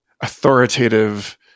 authoritative